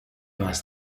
vas